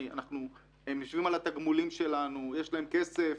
הם יושבים על התגמולים שלנו, יש להם כסף,